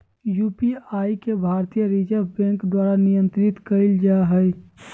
UPI के भारतीय reserve bank द्वारा नियंत्रित कइल जा हइ